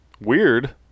Weird